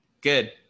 Good